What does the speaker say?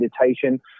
meditation